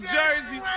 jersey